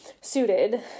suited